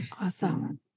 Awesome